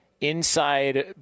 inside